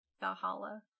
Valhalla